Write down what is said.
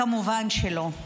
כמובן שלא.